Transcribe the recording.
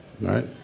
right